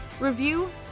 review